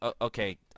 okay